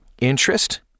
interest